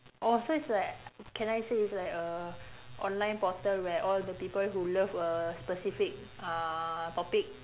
oh so it's like can I say it's like a online portal where all the people who love a specific uh topic